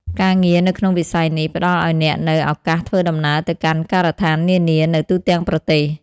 ការងារនៅក្នុងវិស័យនេះផ្តល់ឱ្យអ្នកនូវឱកាសធ្វើដំណើរទៅកាន់ការដ្ឋាននានានៅទូទាំងប្រទេស។